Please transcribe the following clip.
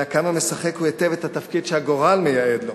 אלא כמה משחק הוא היטב את התפקיד שהגורל מייעד לו.